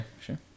sure